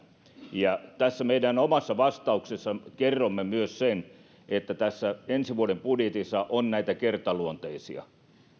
ja tässä meidän omassa vastauksessa kerromme myös sen että tässä ensi vuoden budjetissa on näitä kertaluonteisia